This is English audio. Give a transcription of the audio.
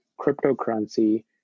cryptocurrency